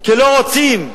כלא רוצים,